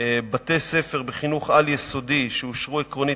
בתי-ספר בחינוך על-יסודי שאושרו עקרונית